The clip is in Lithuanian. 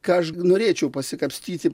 ką aš norėčiau pasikapstyti